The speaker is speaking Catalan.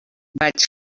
vaig